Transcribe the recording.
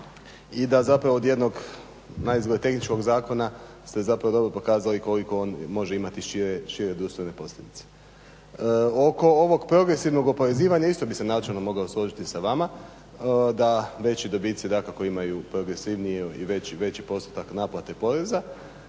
i da od jednog naizgled tehničkog zakona ste pokazali koliko on može imati šire društvene posljedice. Oko ovog progresivnog oporezivanja isto bi se načelno mogao složiti sa vama da veći dobici dakako imaju progresivniji i veći postotak naplate poreza,